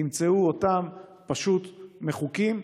תמצאו אותם פשוט מחוקים,